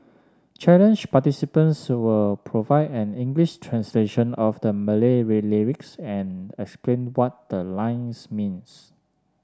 challenge participants will provide an English translation of the Malay lyrics and explain what the lines means